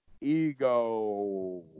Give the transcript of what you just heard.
ego